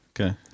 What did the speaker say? Okay